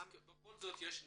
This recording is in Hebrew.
בכל זאת יש נציג,